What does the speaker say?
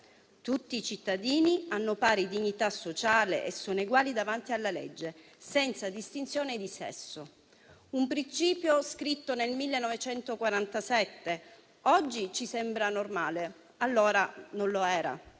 tutti i cittadini hanno pari dignità sociale e sono eguali davanti alla legge, senza distinzione di sesso. Questo principio è stato scritto nel 1947: oggi ci sembra normale, allora non lo era.